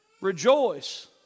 Rejoice